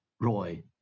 Roy